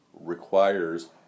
requires